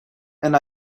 and